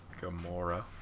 Gamora